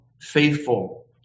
faithful